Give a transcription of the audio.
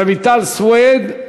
רויטל סויד.